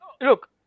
Look